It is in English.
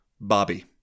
Bobby